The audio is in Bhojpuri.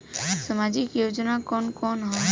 सामाजिक योजना कवन कवन ह?